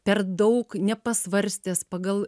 per daug nepasvarstęs pagal